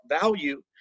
value